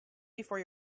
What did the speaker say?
before